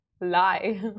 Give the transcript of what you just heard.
lie